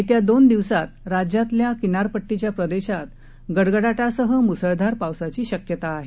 येत्या दोन दिवसात राज्यातल्या किनारपट्टीच्या प्रदेशात गडगडाटासह मुसळधार पावसाची शक्यता आहे